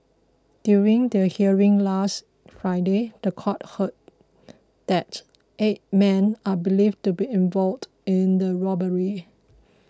during the hearing last Friday the court heard that eight men are believed to be involved in the robbery